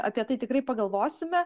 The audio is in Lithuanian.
apie tai tikrai pagalvosime